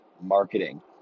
marketing